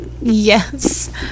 Yes